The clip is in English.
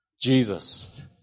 Jesus